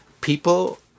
People